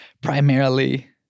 primarily